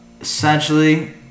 Essentially